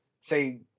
say